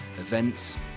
events